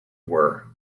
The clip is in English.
were